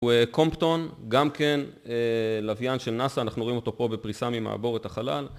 הוא קומפטון, גם כן לווין של נאסא, אנחנו רואים אותו פה בפריסה ממעבורת החלל.